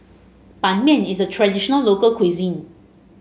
Ban Mian is a traditional local cuisine